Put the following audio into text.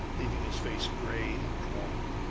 leaving his face gray and drawn.